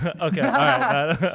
Okay